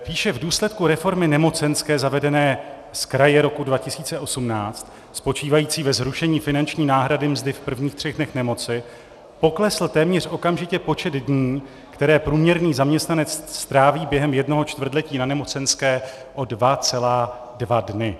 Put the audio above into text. Píše: V důsledku reformy nemocenské zavedené zkraje roku 2018, spočívající ve zrušení finanční náhrady mzdy v prvních třech dnech nemoci, poklesl téměř okamžitě počet dní, které průměrný zaměstnanec stráví během jednoho čtvrtletí na nemocenské, o 2,2 dny.